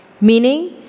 Meaning